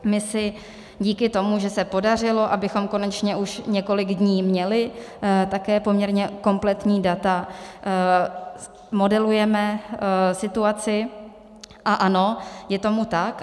My si díky tomu, že se podařilo, abychom konečně už několik dní měli také poměrně kompletní data, modelujeme situaci, a ano, je tomu tak.